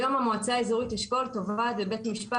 היום המועצה האזורית אשכול תובעת בבית משפט